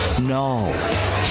no